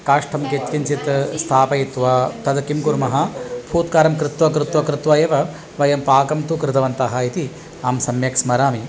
काष्ठं यत्किञ्चित् स्थापयित्वा तत् किं कुर्मः फुत्कारं कृत्वा कृत्वा कृत्वा एव वयं पाकं तु कृतवन्तः इति अहं सम्यक् स्मरामि